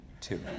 Two